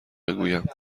بگویم